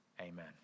amen